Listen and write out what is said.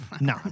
No